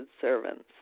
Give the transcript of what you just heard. servants